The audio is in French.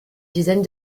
dizaine